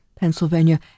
Pennsylvania